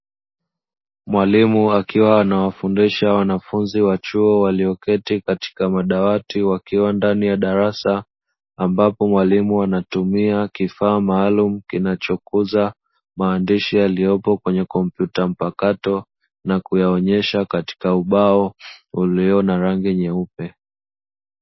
Mwalimu akiwa anawafundisha wanafunzi wa chuo walioketi katika madawati wakiwa ndani ya darasa, ambapo mwalimu anatumia kifaa maalumu kinachokuza maandishi yaliyopo kwenye kompyuta mpakato na kuyaonyesha katika ubao uliona rangi nyeupe.